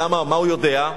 למה, מה הוא יודע?